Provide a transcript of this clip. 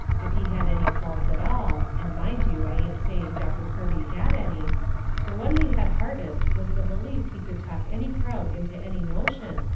if he had any faults at all and mind you, i ain't saying doctor kirby had any the one he had hardest was the belief he could talk any crowd into any notion,